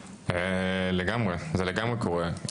לגמרי, זה לגמרי קורה.